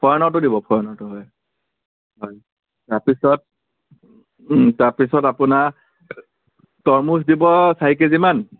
ফৰেইনৰটো দিব ফৰেইনৰটো হয় হয় তাৰপিছত তাৰপিছত আপোনাৰ তৰমুজ দিব চাৰি কেজিমান